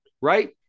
right